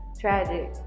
tragic